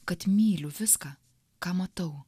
kad myliu viską ką matau